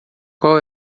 qual